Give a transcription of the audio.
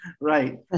Right